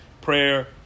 prayer